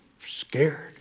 scared